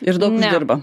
ir daug uždirba